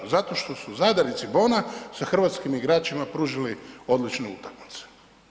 Zato što su Zadar i Cibona sa hrvatskim igračima pružili odličnu utakmicu.